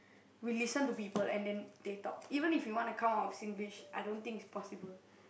we listen to people and then they talk even if you want to come up with Singlish I don't think it's possible